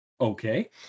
Okay